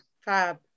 Fab